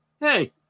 Hey